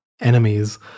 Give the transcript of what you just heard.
enemies